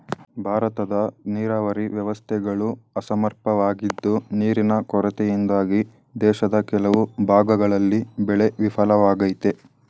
ಭಾರತದಲ್ಲಿ ನೀರಾವರಿ ವ್ಯವಸ್ಥೆಗಳು ಅಸಮರ್ಪಕವಾಗಿದ್ದು ನೀರಿನ ಕೊರತೆಯಿಂದಾಗಿ ದೇಶದ ಕೆಲವು ಭಾಗಗಳಲ್ಲಿ ಬೆಳೆ ವಿಫಲವಾಗಯ್ತೆ